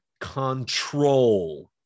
Control